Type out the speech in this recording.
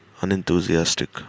unenthusiastic